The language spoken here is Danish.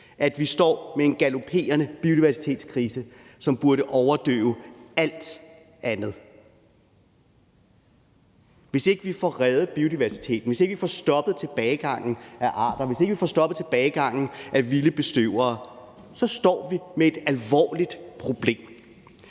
at vi står med en galoperende biodiversitetskrise, som burde overdøve alt andet. Hvis ikke vi får reddet biodiversiteten, hvis ikke vi får stoppet tilbagegangen af arter, hvis ikke vi får stoppet tilbagegangen af vilde bestøvere, så står vi med et alvorligt problem.